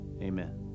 amen